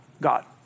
God